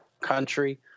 country